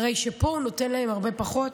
פה הוא נותן להם הרבה פחות,